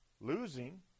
losing